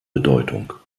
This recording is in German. bedeutung